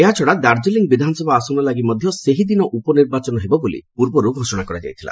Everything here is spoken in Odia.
ଏହାଛଡା ଦାର୍ଜିଲି ବିଧାନସଭା ଆସନ ଲାଗି ମଧ୍ୟ ସେହିଦିନ ଉପନିର୍ବାଚନ ହେବ ବୋଲି ପୂର୍ବରୁ ଘୋଷଣା କରାଯାଇଥିଲା